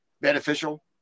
beneficial